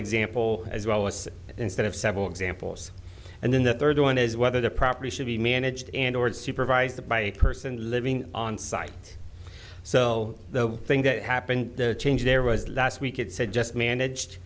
example as well as instead of several examples and then the third one is whether the property should be managed and ordered supervised by a person living on site so will the thing that happened the change there was last week it said just managed